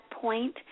point